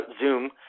zoom